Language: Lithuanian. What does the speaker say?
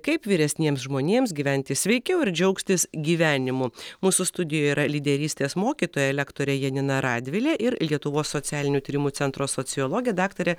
kaip vyresniems žmonėms gyventi sveikiau ir džiaugtis gyvenimu mūsų studijoje yra lyderystės mokytoja lektorė janina radvilė ir lietuvos socialinių tyrimų centro sociologė daktarė